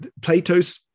Plato's